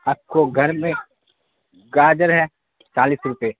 آپ کو گھر میں گاجر ہے چالیس روپئے